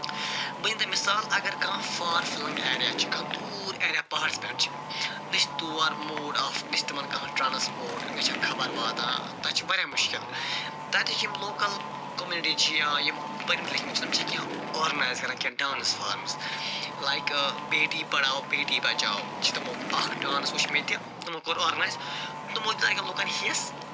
بہٕ دمہ تۄہہِ مِثال اگر کانٛہہ فار فلنٛگ ایریا چھ کانٛہہ دوٗر ایریا پَہاڑَس پیٚٹھ چھنہ چھُ تمن کانٛہہہ موٗڑ آف نہ چھُ تمن کانٛہہ ٹرانسپورٹ نہ چھَکھ خَبَر واتان تتہِ چھِ واریاہ مُشکِلتتچ یم لوکَل کوٚمنِٹی چھِ یا یم پٔرمتۍ لیٚکھمتۍ چھِ تِم چھِ آرگَنایز کران کینٛہہ dance forms like Beti Padhao Beti Bachao چھ تمو اکھ ڈانس وُچھمُت مےٚ تہِ تمو کوٚر آرگَنایز تمو دیُت اتکیٚن لُکَن ہیٚس